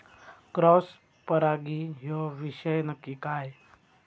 Cross परागी ह्यो विषय नक्की काय?